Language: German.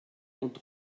und